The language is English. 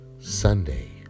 Sunday